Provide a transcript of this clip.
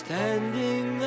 Standing